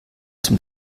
dem